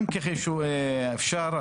אפשר,